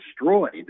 destroyed